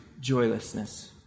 joylessness